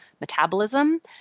metabolism